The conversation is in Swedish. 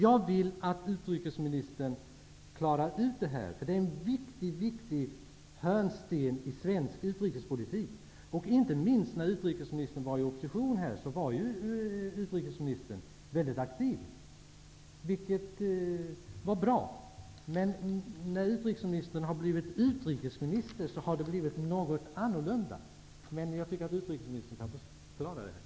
Jag vill att utrikesministern klarar ut detta, för det är en viktig hörnsten i svensk utrikespolitik, inte minst med tanke på att Margaretha af Ugglas i oppositionen var mycket aktiv i detta avseende, vilket var bra. Men när Margaretha af Ugglas blev utrikesminister har det blivit något annorlunda. Jag tycker att utrikesministern skall förklara detta.